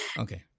okay